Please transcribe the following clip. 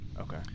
Okay